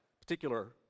particular